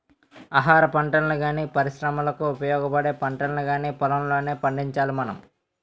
ఆహారపంటల్ని గానీ, పరిశ్రమలకు ఉపయోగపడే పంటల్ని కానీ పొలంలోనే పండించాలి మనం